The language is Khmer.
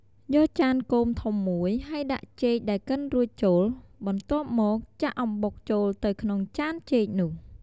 យកចានគោមធំមួយ ហើយដាក់ចេកដែលកិនរួចចូល បន្ទាប់មក ចាក់អំបុកចូលទៅក្នុងចានចេកនោះ។